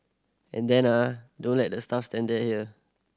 and then ah don't let the staff stand here